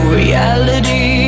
reality